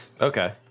Okay